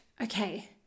Okay